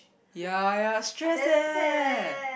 ya ya stress eh